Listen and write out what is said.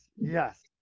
yes